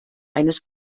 eines